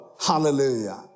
Hallelujah